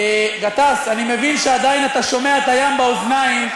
גטאס, אני מבין שעדיין אתה שומע את הים באוזניים.